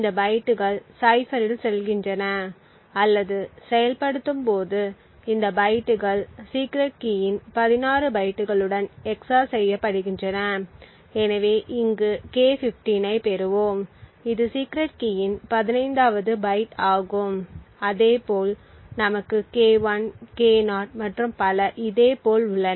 இந்த பைட்டுகள் சைபரில் செல்கின்றன அல்லது செயல்படுத்தும் போது இந்த பைட்டுகள் சீக்ரெட் கீயின் 16 பைட்டுகளுடன் XOR செய்யப்படுகின்றன எனவே இங்கு K15 ஐப் பெறுவோம் இது சீக்ரெட் கீயின் 15 வது பைட் ஆகும் அதேபோல் நமக்கு K1 K0 மற்றும் பல இதே போல் உள்ளன